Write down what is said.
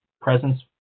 presence